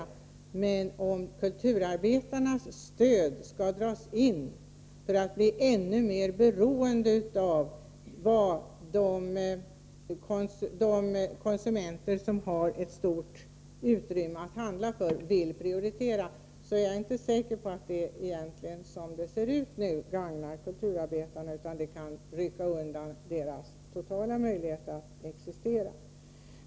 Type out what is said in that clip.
Som det ser ut nu är jag inte helt säker på att det gagnar kulturarbetarna om deras stöd dras in och de därigenom blir ännu mer beroende av vad de konsumenter som har pengar att handla för vill prioritera. Det kan i stället totalt rycka undan kulturarbetarnas möjlighet att existera.